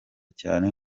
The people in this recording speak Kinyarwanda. cyane